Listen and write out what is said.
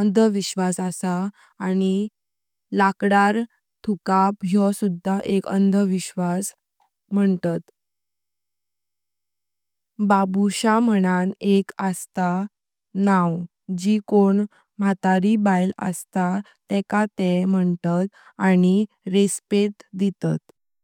अंधविश्वास आसता आनी लकदार थुकाप याओह सुधा एक अंधविश्वास मंतात। बाबुषा मणान एक आस्ता नाव जी कों म्हतारी बायल आस्ता तेका ते मणतात आनी रिस्पेट दितात।